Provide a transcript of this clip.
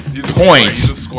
Points